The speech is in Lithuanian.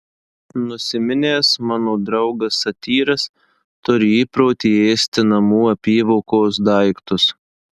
nusiminęs mano draugas satyras turi įprotį ėsti namų apyvokos daiktus